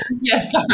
Yes